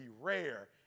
rare